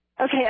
Okay